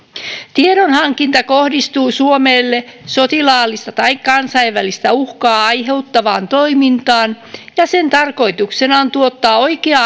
tiedonhankinta kohdistuu suomelle sotilaallista tai kansainvälistä uhkaa aiheuttavaan toimintaan ja sen tarkoituksena on tuottaa oikea